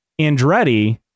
Andretti